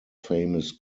famous